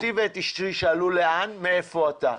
אותי ואת אשתי, שאלו לאן, מאיפה אתה?